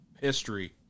history